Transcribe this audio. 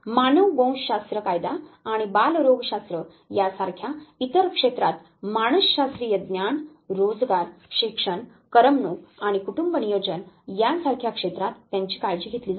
मानववंशशास्त्र कायदा आणि बालरोगशास्त्र यासारख्या इतर क्षेत्रात मानसशास्त्रीय ज्ञान रोजगार शिक्षण करमणूक आणि कुटुंब नियोजन यासारख्या क्षेत्रात त्यांची काळजी घेतली जाते